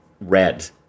red